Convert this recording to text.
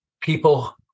people